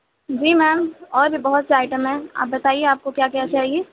جی ma'am اور بھی بہت سے آئٹم ہیں آپ بتائیے آپ کو کیا کیا چاہیے